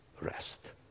rest